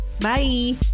Bye